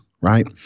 right